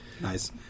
Nice